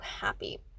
happy